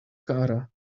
cara